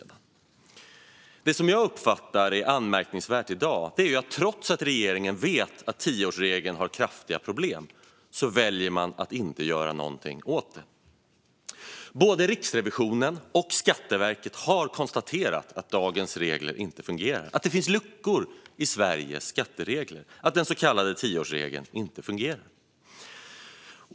Det som jag uppfattar som anmärkningsvärt i dag är att regeringen trots att man vet att tioårsregeln har kraftiga problem väljer att inte göra något åt det. Både Riksrevisionen och Skatteverket har konstaterat att dagens regler inte fungerar, att det finns hål i Sveriges skatteregler och att den så kallade tioårsregeln inte fungerar.